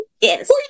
yes